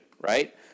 right